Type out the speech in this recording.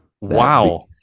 Wow